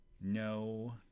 no